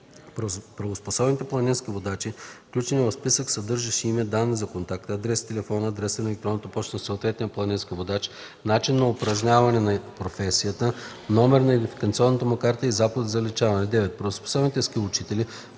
8. правоспособните планински водачи, включени в списък, съдържащ име, данни за контакт – адрес, телефон, адрес на електронна поща на съответния планински водач, начин на упражняване на професията, номер на идентификационната му карта и заповед за заличаване; 9. правоспособните ски учители,